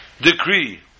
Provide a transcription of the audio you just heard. decree